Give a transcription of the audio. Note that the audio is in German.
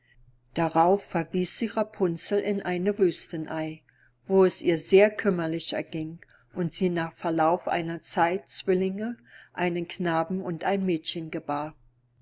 darauf verwieß sie rapunzel in eine wüstenei wo es ihr sehr kümmerlich erging und sie nach verlauf einiger zeit zwillinge einen knaben und ein mädchen gebar